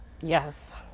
Yes